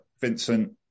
Vincent